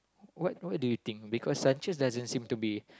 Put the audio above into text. what what do you think because Sanchez doesn't seem to be